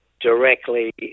directly